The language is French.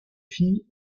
fille